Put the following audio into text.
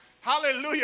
Hallelujah